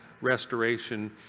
restoration